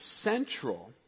central